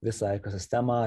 visą ekosistemą